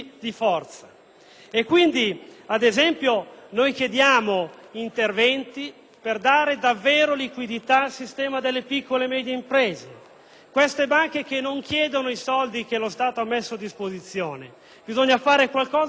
forza. Ad esempio, noi chiediamo interventi per dare davvero liquidità al sistema delle piccole e medie imprese. Le banche non chiedono i soldi che lo Stato ha messo a disposizione: bisogna fare qualcosa affinché